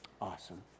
Awesome